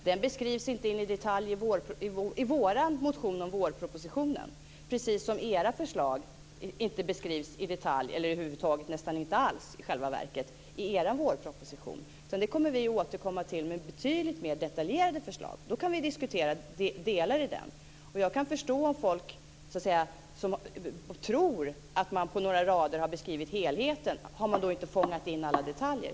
Den beskrivs inte i detalj i vår motion när det gäller vårpropositionen, precis som era förslag inte beskrivs i detalj i er vårproposition; i själva verket beskrivs de nästan inte alls. Vi kommer att återkomma med betydligt mer detaljerade förslag. Då kan vi diskutera delar i detta. Jag kan förstå om folk som tror att man på några rader har beskrivit helheten undrar om man inte har fångat in alla detaljer.